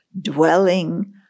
dwelling